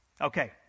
Okay